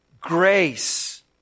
grace